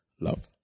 love